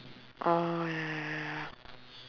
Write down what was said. orh ya ya ya ya ya